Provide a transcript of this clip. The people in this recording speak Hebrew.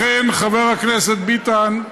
לכן, חבר הכנסת ביטן,